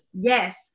Yes